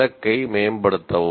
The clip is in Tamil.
இலக்கை மேம்படுத்தவும்